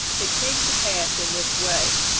it came to pass in this way